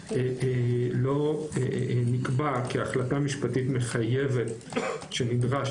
אבל לא נקבע כי החלטה משפטית מחייבת שנדרש